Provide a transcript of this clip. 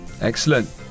Excellent